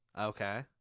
Okay